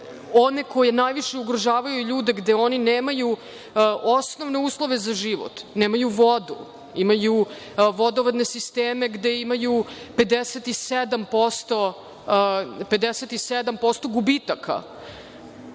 one koji najviše ugrožavaju ljude gde oni nemaju osnovne uslove za život. Nemaju vodu. Imaju vodovodne sisteme gde imaju 57% gubitaka. Batočina,